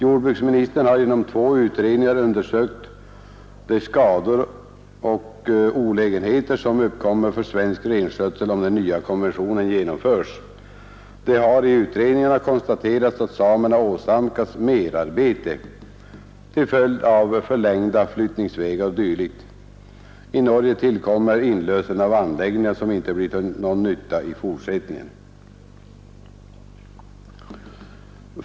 Jordbruksministern har genom två utredningar undersökt de skador och olägenheter som uppkommer för svensk renskötsel om den nya konventionen genomförs. Det har i utredningarna konstaterats att samerna åsamkas merarbete till följd av förlängda flyttningsvägar och dylikt. I Norge tillkommer inlösen av anläggningar som inte blir till någon nytta i fortsättningen.